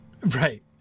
Right